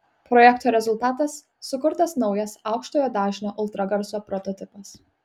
projekto rezultatas sukurtas naujas aukštojo dažnio ultragarso prototipas